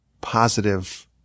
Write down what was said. positive